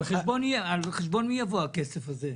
על חשבון מי יבוא הכסף הזה?